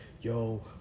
yo